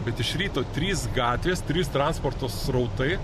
bet iš ryto trys gatvės trys transporto srautai